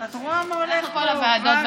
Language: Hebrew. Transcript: כל הוועדות,